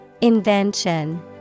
Invention